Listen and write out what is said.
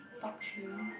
top three